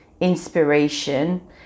inspiration